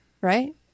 right